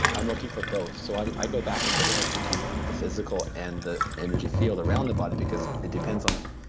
i'm looking for both, so i go back and forth between the physical and the energy field around the body, because it depends on,